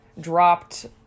dropped